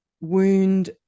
wound